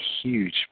huge